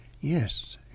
Yes